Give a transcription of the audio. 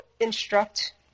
instruct